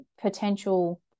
potential